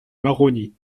maroni